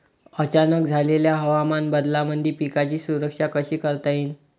अचानक झालेल्या हवामान बदलामंदी पिकाची सुरक्षा कशी करता येईन?